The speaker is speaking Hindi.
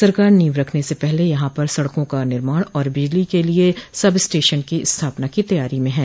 सरकार नींव रखने से पहले यहां पर सड़कों का निर्माण और बिजली के लिए सब स्टेशन की स्थापना की तैयारी में हैं